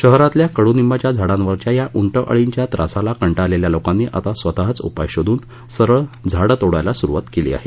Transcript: शहरातील कडू निंबाच्या झाडांवरील या उंट अळींच्या त्रासाला कंटाळलेल्या लोकांनी आता स्वतःच उपाय शोधून सरळ झाडं तोडायला सुरुवात केली आहे